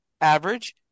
average